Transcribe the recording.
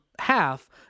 half